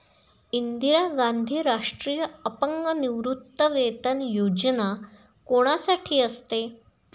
इंदिरा गांधी राष्ट्रीय अपंग निवृत्तीवेतन योजना कोणासाठी असते?